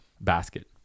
basket